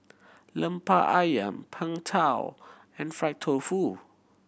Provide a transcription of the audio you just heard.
Lemper Ayam Png Tao and fried tofu